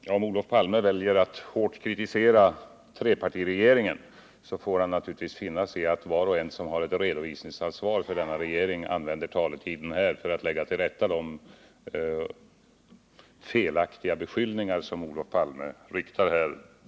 Herr talman! Om Olof Palme väljer att hårt kritisera trepartiregeringen, får han naturligtvis finna sig i att var och en som har ett redovisningsansvar för denna regering använder talartiden här för att tillrättalägga de felaktiga beskyllningar som Olof Palme riktar mot oss.